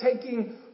taking